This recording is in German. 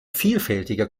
vielfältige